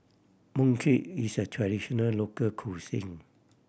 mooncake is a traditional local cuisine